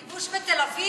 הכיבוש בתל-אביב?